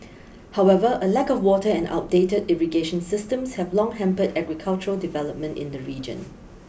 however a lack of water and outdated irrigation systems have long hampered agricultural development in the region